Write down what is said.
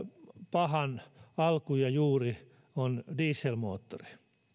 pahan alku ja juuri ovat dieselmoottorit